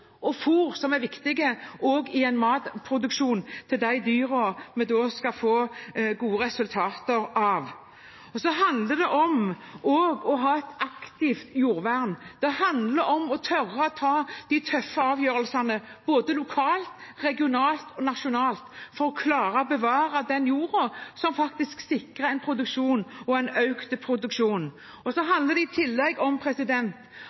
også fôr, som er viktig også i matproduksjon – fôr til dyra, så vi skal få gode resultater. Så handler det om å ha et aktivt jordvern. Det handler om å tørre å ta de tøffe avgjørelsene, både lokalt, regionalt og nasjonalt, for å klare å bevare den jorda som faktisk sikrer en produksjon, og en økt produksjon. Så handler det i tillegg om